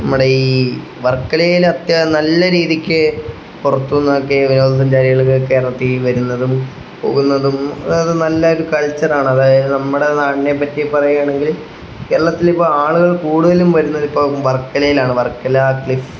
നമ്മുടെ ഈ വർക്കലയിൽ അത്യാ നല്ല രീതിക്ക് പുറത്ത് നിന്നൊക്കെ വിനോദസഞ്ചാരികൾക്ക് കേരളത്തിൽ വരുന്നതും പോകുന്നതും അതത് നല്ലൊരു കൾച്ചറാണ് അതായത് നമ്മുടെ നാടിനെപ്പറ്റി പറയുകയാണെങ്കിൽ കേരളത്തിലിപ്പോൾ ആളുകൾ കൂടുതലും വരുന്നത് ഇപ്പോൾ വർക്കലയിലാണ് വർക്കല ക്ലിഫ്